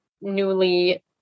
newly